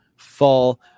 Fall